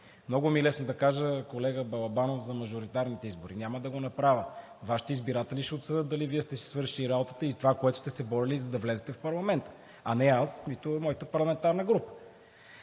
Много ми е лесно да кажа, колега Балабанов, за мажоритарните избори. Няма да го направя. Вашите избиратели ще обсъдят дали Вие сте си свършили работата и това, за което сте се борили, за да влезете в парламента, а не аз, нито моята парламентарна група.